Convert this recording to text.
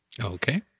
Okay